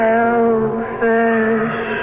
Selfish